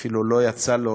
ואפילו לא יצא לו